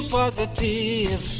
positive